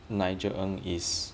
nigel ng is